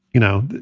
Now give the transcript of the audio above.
you know,